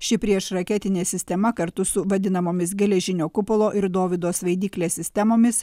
ši priešraketinė sistema kartu su vadinamomis geležinio kupolo ir dovydo svaidykle sistemomis